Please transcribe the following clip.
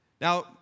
Now